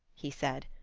he said,